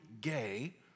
gay